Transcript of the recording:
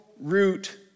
root